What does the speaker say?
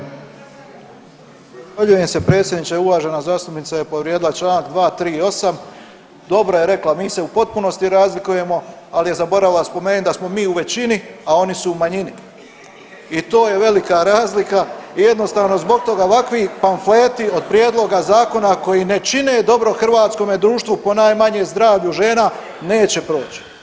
Zahvaljujem se predsjedniče, uvažena zastupnica je povrijedila čl. 238., dobro je rekla, mi se u potpunosti razlikujemo, ali je zaboravila spomenut da smo mi u većini, a oni su u manjini i to je velika razlika i jednostavno zbog toga ovakvi pamfleti od prijedloga zakona koji ne čine dobro hrvatskome društvu, ponajmanje zdravlju žena neće proći.